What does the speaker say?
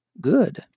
good